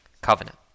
covenant